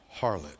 harlot